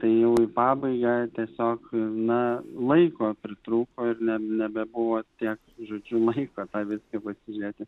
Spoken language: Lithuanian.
tai jau į pabaigą tiesiog na laiko pritrūko ir ne nebebuvo tiek žodžiu laiko tą viską pasižiūrėti